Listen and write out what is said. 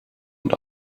und